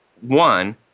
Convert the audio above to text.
one